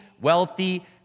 wealthy